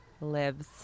lives